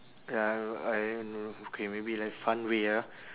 ya I no okay maybe like fun way ah